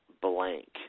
blank